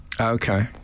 Okay